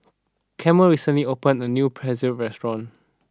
Carmel recently opened a new Pretzel restaurant